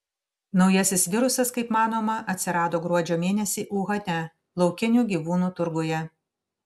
naujasis virusas kaip manoma atsirado gruodžio mėnesį uhane laukinių gyvūnų turguje